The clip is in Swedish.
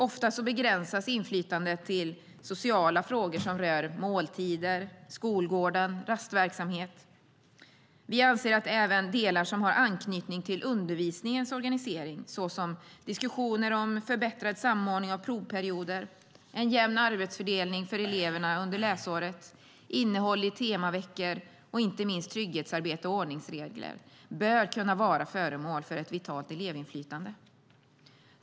Oftast begränsas inflytandet till sociala frågor som rör måltider, skolgården och rastverksamhet. Vi anser att även delar som har anknytning till undervisningens organisering, såsom diskussioner om förbättrad samordning av provperioder, en jämn arbetsfördelning för eleverna under läsåret, innehåll i temaveckor och inte minst trygghetsarbete och ordningsregler, bör kunna vara föremål för ett vitalt elevinflytande.